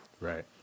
Right